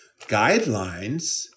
guidelines